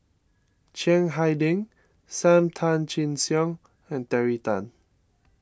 Chiang Hai Ding Sam Tan Chin Siong and Terry Tan